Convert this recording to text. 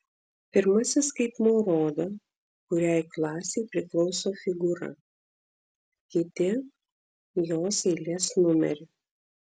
pirmasis skaitmuo rodo kuriai klasei priklauso figūra kiti jos eilės numerį